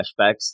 flashbacks